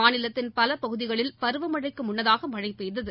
மாநிலத்தின் பலபகுதிகளில் பருவமழைக்குமுன்னதாகமழைபெய்தது